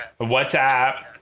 WhatsApp